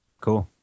Cool